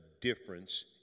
difference